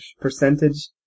percentage